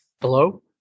Hello